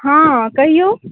हँ कहिऔ